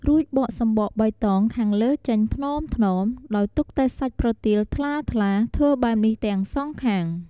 រួចបកសំបកបៃតងខាងលើចេញថ្នមៗ ដោយទុកតែសាច់ប្រទាលថ្លាៗ ធ្វើបែបនេះទាំងសងខាង។